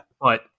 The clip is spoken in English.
But-